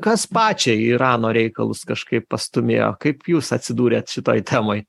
kas pači į irano reikalus kažkaip pastūmėjo kaip jūs atsidūrėt šitoj temoj